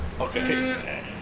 Okay